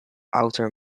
outer